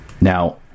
Now